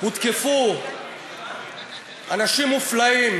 הותקפו אנשים מופלאים,